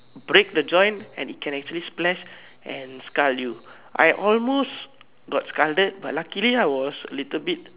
break the joint and it can actually splash and scar you I almost got scarred but luckily I was a little bit